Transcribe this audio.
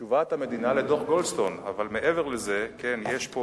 תשובת המדינה לדוח-גולדסטון, אבל מעבר לזה, יש פה